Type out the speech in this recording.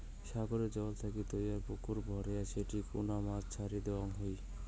সাগরের জল থাকি তৈয়ার পুকুর ভরেয়া সেটি কুনা মাছ ছাড়ি দ্যাওয়ৎ হই